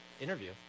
interview